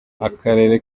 akarere